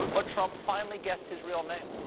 but trump finally guessed his real name.